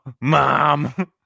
mom